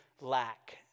lack